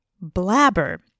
blabber